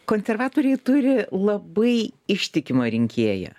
konservatoriai turi labai ištikimą rinkėją